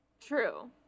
True